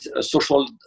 social